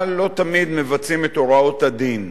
אבל לא תמיד מבצעים את הוראות הדין.